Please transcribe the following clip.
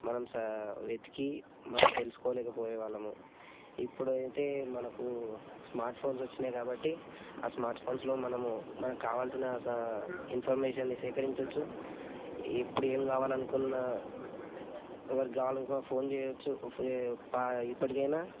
మనం వెతికి మనం తెలుసుకోలేకపోయే వాళ్ళము ఇప్పుడైతే మనకు స్మార్ట్ ఫోన్స్ వచ్చినాయి కాబట్టి ఆ స్మార్ట్ ఫోన్స్లో మనము మనకు కావాల్సిన ఇన్ఫర్మేషన్ సేకరించవచ్చు ఎప్పుడు ఏం కావాలనుకున్న ఎవరికి కావాలనుకున్న ఫోన్ చేయచ్చు ఇప్పటికైనా